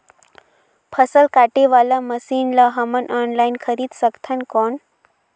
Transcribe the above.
फसल काटे वाला मशीन ला हमन ऑनलाइन खरीद सकथन कौन?